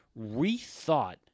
rethought